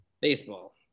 Baseball